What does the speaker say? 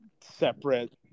Separate